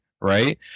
right